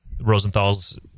rosenthal's